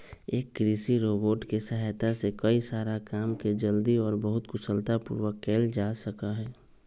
एक कृषि रोबोट के सहायता से कई सारा काम के जल्दी और बहुत कुशलता पूर्वक कइल जा सका हई